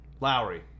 Lowry